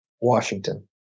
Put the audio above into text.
Washington